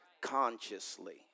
consciously